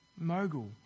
mogul